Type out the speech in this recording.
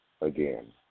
again